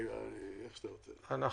אנחנו